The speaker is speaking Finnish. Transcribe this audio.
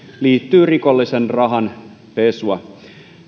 liittyy rikollisen rahan pesua